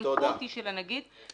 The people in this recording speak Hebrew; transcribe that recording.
הסמכות היא של הנגיד.